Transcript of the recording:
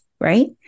right